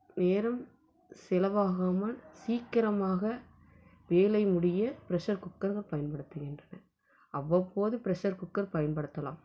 நேரம் செலவாகாமல் சீக்கிரமாக வேலை முடிய ப்ரெஷர் குக்கர் தான் பயன்படுத்துகின்றனர் அவ்வப்போது ப்ரெஷர் குக்கர் பயன்படுத்தலாம்